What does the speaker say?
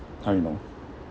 how you know